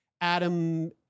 Adam